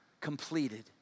completed